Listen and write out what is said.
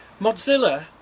Mozilla